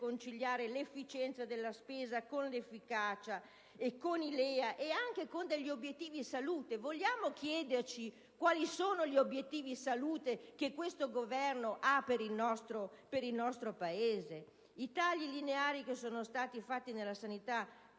conciliare l'efficienza della spesa con la sua efficacia, con i LEA ed anche con degli obiettivi-salute. Vogliamo dunque chiederci quali sono gli obiettivi-salute che questo Governo ha per il nostro Paese? I tagli lineari apportati a giugno sulla sanità